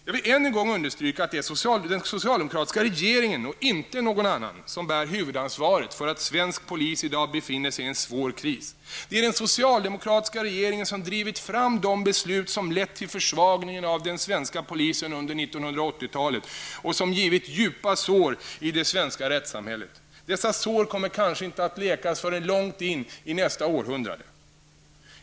Jag vill än en gång understryka att det är den socialdemokratiska regeringen och inte någon annan som bär huvudansvaret för att svensk polis i dag befinner sig i en svår kris. Det är den socialdemokratiska regeringen som har drivit fram de beslut som har lett till försvagningen av den svenska polisen under 80-talet och som givit djupa sår i det svenska rättssamhället. Dessa sår kommer kanske inte att läkas förrän långt in i nästa århundrade.